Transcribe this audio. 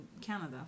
Canada